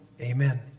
Amen